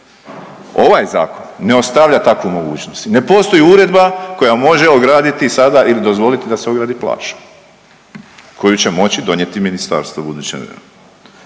Ovaj zakon ne ostavlja takvu mogućnost, ne postoji uredba koja može ograditi sada ili dozvoliti da se ogradi plaža koju će moći donijeti ministarstvo …/Govornik